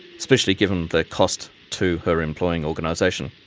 especially given the cost to her employing organisation.